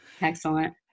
Excellent